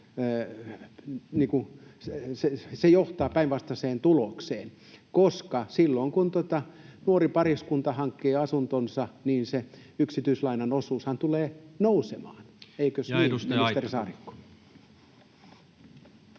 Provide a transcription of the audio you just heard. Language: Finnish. se johtaa päinvastaiseen tulokseen, koska silloin kun nuori pariskunta hankkii asuntonsa, niin se yksityislainan osuushan tulee nousemaan. Eikös niin, ministeri Saarikko?